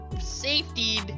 safety